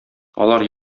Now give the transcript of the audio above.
алар